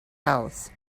house